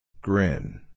Grin